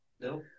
No